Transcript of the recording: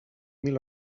mil